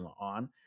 on